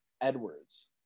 Edwards